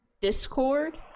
Discord